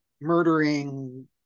murdering